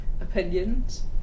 opinions